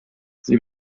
sie